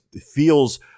feels